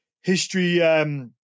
history